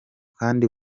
kandi